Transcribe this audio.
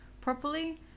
properly